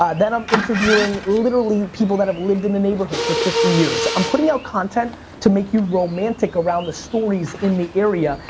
ah then i'm interviewing literally people that have lived in the neighborhood for fifty years. i'm putting out content to make you romantic around the stories in the area,